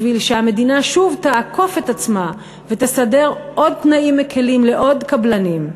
בשביל שהמדינה שוב תעקוף את עצמה ותסדר עוד תנאים מקלים לעוד קבלנים,